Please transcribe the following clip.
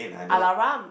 Alaram